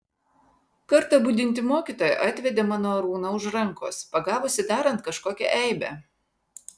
kartą budinti mokytoja atvedė mano arūną už rankos pagavusi darant kažkokią eibę